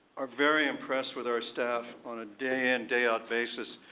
are very impressed with our staff on a day, in day out basis,